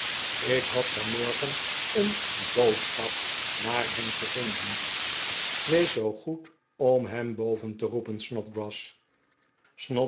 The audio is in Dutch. ik had vanmorgen een boodschap naar hem gezonden wees zoo goed om hem boven te roepen